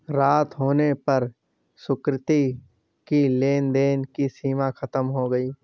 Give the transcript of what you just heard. रात होने पर सुकृति की लेन देन की सीमा खत्म हो गई